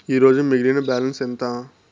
ఈరోజు మిగిలిన బ్యాలెన్స్ ఎంత?